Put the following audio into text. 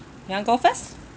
you want go first